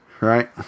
right